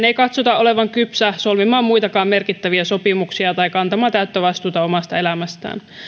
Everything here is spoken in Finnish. ei katsota olevan kypsä solmimaan muitakaan merkittäviä sopimuksia tai kantamaan täyttä vastuuta omasta elämästään